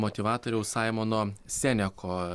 motyvatoriaus saimono seneko